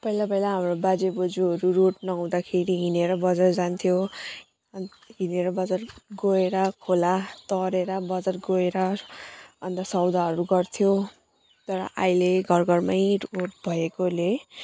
पहिला पहिला हाम्रो बाजे बोजुहरू रोड नहुँदाखेरि हिँडेर बजार जान्थ्यो हिँडेर बजार गएर खोला तरेर बजार गएर अनि त सौदाहरू गर्थ्यो तर अहिले घर घरमै रोड भएकोले